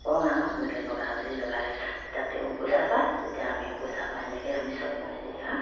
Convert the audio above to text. কওঁ আৰু এনেকৈ লগা বুলি লগাই তেতিয়া তেওঁ পইচা পায় তেতিয়া আমিও পইচা পায় এনেকৈ আমি চলি মেলি আৰু